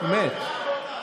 באמת.